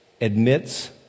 admits